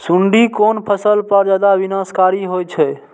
सुंडी कोन फसल पर ज्यादा विनाशकारी होई छै?